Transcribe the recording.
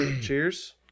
cheers